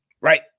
right